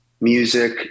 music